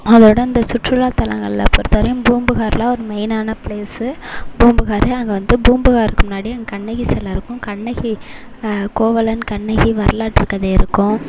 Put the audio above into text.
அதோட அந்த சுற்றுலாதலங்களில் பொறுத்தவரையும் பூம்புகாரெலாம் ஒரு மெயினான பிளேஸ்சு பூம்புகார் அங்கே வந்து பூம்புகாருக்கு முன்னாடி அங்கே கண்ணகி சிலைருக்கும் கண்ணகி கோவலன் கண்ணகி வரலாற்று கதை இருக்கும்